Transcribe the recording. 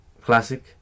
classic